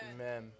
Amen